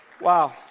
Wow